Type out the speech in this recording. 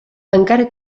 encara